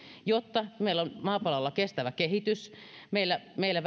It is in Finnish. jotta meillä on maapallolla kestävä kehitys meillä meillä